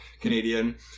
canadian